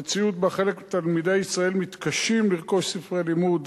המציאות שבה חלק מתלמידי ישראל מתקשים לרכוש ספרי לימוד